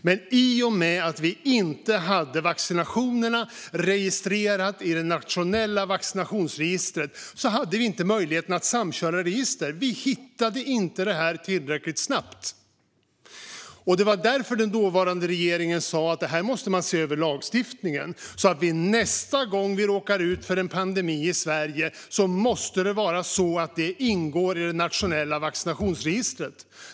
Men i och med att vaccinationerna inte var registrerade i det nationella vaccinationsregistret fanns det inte möjlighet att samköra register. Det hittades inte tillräckligt snabbt. Det var därför den dåvarande regeringen sa att lagstiftningen måste ses över, så att vaccinationen nästa gång Sverige råkar ut för en pandemi måste ingå i det nationella vaccinationsregistret.